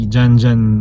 Janjan